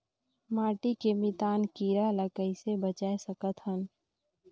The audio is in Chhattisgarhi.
माटी के मितान कीरा ल कइसे बचाय सकत हन?